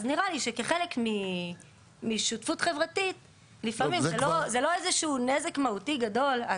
אז נראה לי שכחלק משותפות חברתית ומכיוון שלא מדובר באיזה נזק גדול...